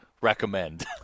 recommend